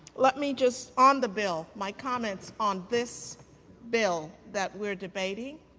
let me just on the bill, my comments on this bill, that we're debating,